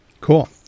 Cool